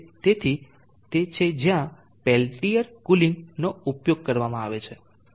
તેથી તે છે જ્યાં પેલ્ટીઅર કુલિંગ નો ઉપયોગ આવે છે